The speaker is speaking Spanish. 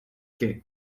que